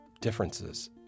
differences